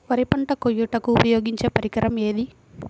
వరి పంట కోయుటకు ఉపయోగించే పరికరం ఏది?